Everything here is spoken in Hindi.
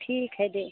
ठीक है दें